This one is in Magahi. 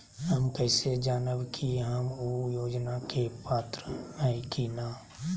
हम कैसे जानब की हम ऊ योजना के पात्र हई की न?